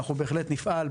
ואנחנו ובהחלט נפעל,